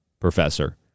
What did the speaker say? professor